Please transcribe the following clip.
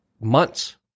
months